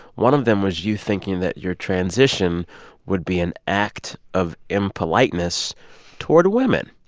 one of them was you thinking that your transition would be an act of impoliteness toward women.